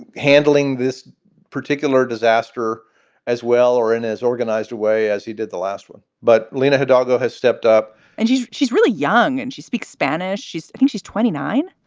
handling this particular disaster as well or in as organized way as he did the last one but linda hidalgo has stepped up and she's she's really young and she speaks spanish. she's she's twenty nine,